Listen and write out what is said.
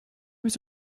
was